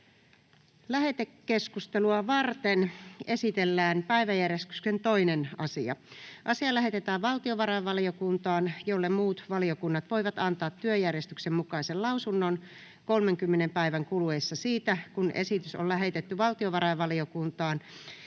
Lähetekeskustelua varten esitellään päiväjärjestyksen 2. asia. Asia lähetetään valtiovarainvaliokuntaan, jolle muut valiokunnat voivat antaa työjärjestyksen mukaisesti lausunnon 30 päivän kuluessa siitä, kun esitys on lähetetty valtiovarainvaliokuntaan